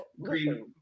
green